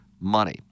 money